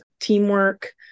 Teamwork